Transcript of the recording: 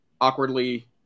Awkwardly